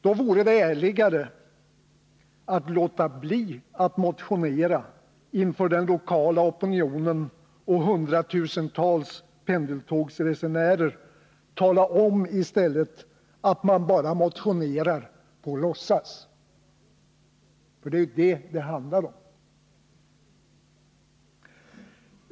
Då vore det ärligare att låta bli att motionera eller att inför den lokala opinionen och hundratusentals pendeltågsresenärer tala om att man bara motionerar på låtsas, för det är ju det det handlar om.